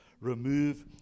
Remove